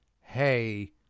hey